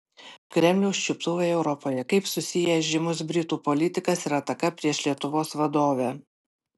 kremliaus čiuptuvai europoje kaip susiję žymus britų politikas ir ataka prieš lietuvos vadovę